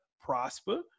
Prosper